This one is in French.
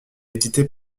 édité